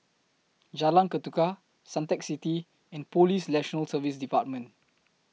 Jalan Ketuka Suntec City and Police National Service department